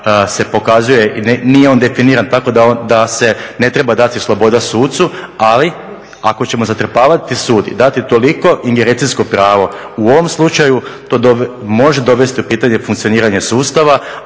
se pokazuje, nije on definiran tako da se ne treba dati sloboda sucu. Ali ako ćemo zatrpavati sud i dati toliko ingerencijsko pravo, u ovom slučaju to može dovesti u pitanje funkcioniranje sustava,